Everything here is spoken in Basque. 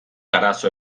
arazoa